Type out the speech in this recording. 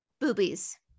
boobies